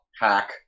hack